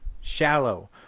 shallow